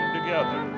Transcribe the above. together